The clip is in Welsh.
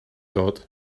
dod